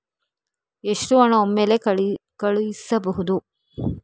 ಎಷ್ಟು ಹಣ ಒಮ್ಮೆಲೇ ಕಳುಹಿಸಬಹುದು?